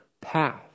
path